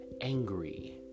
angry